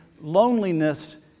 loneliness